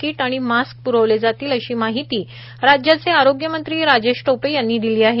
कीट आणि मास्क प्रवले जातील अशी माहिती राज्याचे आरोग्य मंत्री राजेश टोपे यांनी दिली आहे